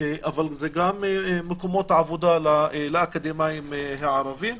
אבל זה גם מקומות עבודה לאקדמאים הערבים,